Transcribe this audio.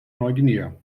neuguinea